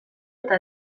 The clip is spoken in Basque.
eta